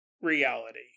reality